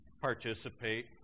participate